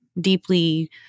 deeply